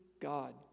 God